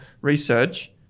research